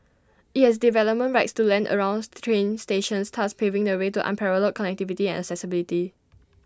IT has development rights to land around train stations thus paving the way to unparalleled connectivity and accessibility